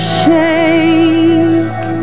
shake